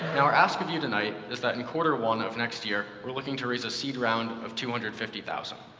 and our ask of you tonight is that in quarter one of next year, we're looking to raise a seed round of two hundred and fifty thousand